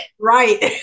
Right